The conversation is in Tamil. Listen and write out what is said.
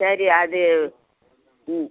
சரி அது ம்